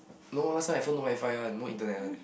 no last time my phone no WiFi one no internet one